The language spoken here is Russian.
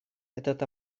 этот